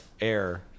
air